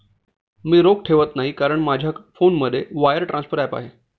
मी रोख ठेवत नाही कारण माझ्या फोनमध्ये वायर ट्रान्सफर ॲप आहे